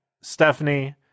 stephanie